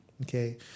okay